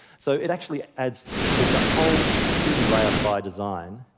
so it actually adds there's a whole security layer by design.